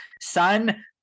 son